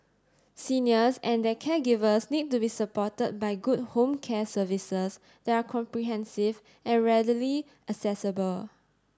seniors and their caregivers need to be supported by good home care services that are comprehensive and readily accessible